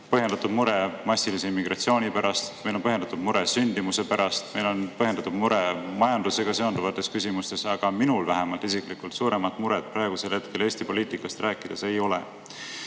põhjendatud mure massilise immigratsiooni pärast, meil on põhjendatud mure sündimuse pärast, meil on põhjendatud mure majandusega seonduvates küsimustes, aga minul vähemalt isiklikult suuremat muret praegusel hetkel Eesti poliitikast rääkides ei